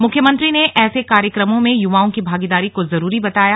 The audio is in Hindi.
मुख्यमंत्री ने ऐसे कार्यक्रमों में युवाओं की भागीदारी को जरूरी बताया